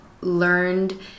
learned